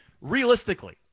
realistically